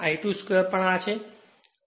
આ E2 2 આ છે